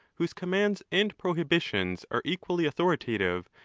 whose commands and prohibitions are equally authoritative,